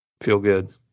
feel-good